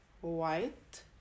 white